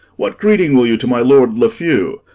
what greeting will you to my lord lafeu?